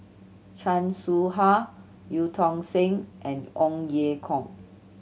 Chan Soh Ha Eu Tong Sen and Ong Ye Kung